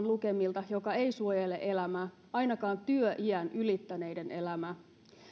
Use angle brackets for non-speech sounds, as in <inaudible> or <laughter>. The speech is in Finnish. <unintelligible> lukemilta joka ei suojele elämää ainakaan työiän ylittäneiden elämää